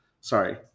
Sorry